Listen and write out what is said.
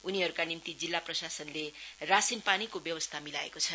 उनीहरुरका निम्ति जिल्ला प्राशासनले राशिन पानीको व्यवस्था मिलाएको छ